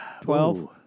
Twelve